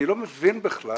אני לא מבין בכלל